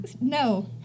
No